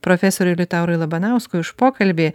profesoriui liutaurui labanauskui už pokalbį